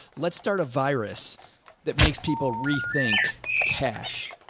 let's start a virus that makes people rethink cash.